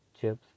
chips